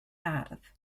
ardd